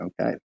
Okay